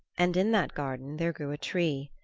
and in that garden there grew a tree,